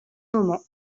moment